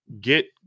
get